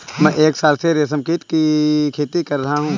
मैं एक साल से रेशमकीट की खेती कर रहा हूँ